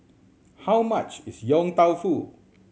how much is Yong Tau Foo